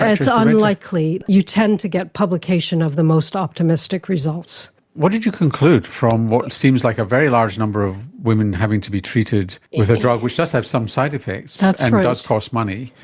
it's ah unlikely. you tend to get publication of the most optimistic results. what did you conclude from what seems like a very large number of women having to be treated with a drug which does have some side effects and does cost money?